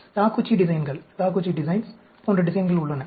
Taguchi டிசைன்கள் போன்ற டிசைன்கள் உள்ளன